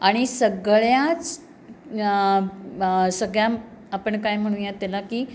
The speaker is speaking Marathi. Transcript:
आणि सगळ्याच सगळ्या आपण काय म्हणूया त्याला की